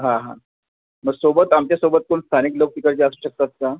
हां हां मग सोबत आमच्यासोबत पण स्थानिक लोक तिकडचे असू शकतात का